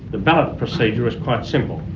the ballot procedure is quite simple.